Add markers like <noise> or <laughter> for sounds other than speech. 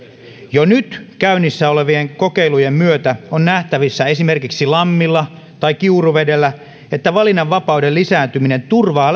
jo nyt käynnissä olevien kokeilujen myötä on nähtävissä esimerkiksi lammilla tai kiuruvedellä että valinnanvapauden lisääntyminen turvaa <unintelligible>